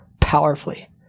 powerfully